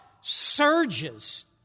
surges